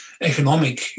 economic